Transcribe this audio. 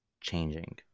changing